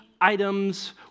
items